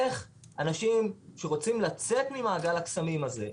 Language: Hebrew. איך אנשים שרוצים לצאת ממעגל הקסמים הזה,